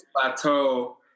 plateau